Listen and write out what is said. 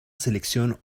selección